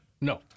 No